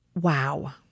Wow